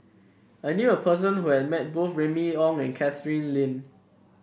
I knew a person who has met both Remy Ong and Catherine Lim